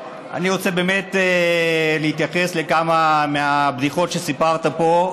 אני רוצה באמת להתייחס לכמה מהבדיחות שסיפרת פה,